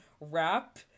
rap